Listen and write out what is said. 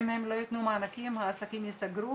אם הם לא יתנו מענקים, העסקים יסגרו,